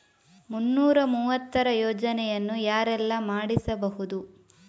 ಮುನ್ನೂರ ಮೂವತ್ತರ ಯೋಜನೆಯನ್ನು ಯಾರೆಲ್ಲ ಮಾಡಿಸಬಹುದು?